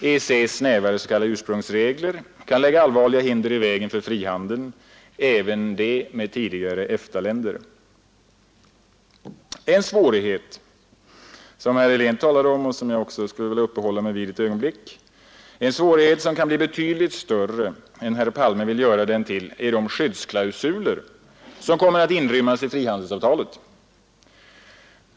EEC:s snävare s.k. ursprungsregler kan lägga allvarliga hinder i vägen för frihandeln även med tidigare EFTA-länder. En svårighet som kan bli betydligt större än herr Palme vill göra den till — herr Helén talade om den, och jag skulle också vilja uppehålla mig vid den ett ögonblick — är de skyddsklausuler som kommer att inrymmas i frihandelsavtalet.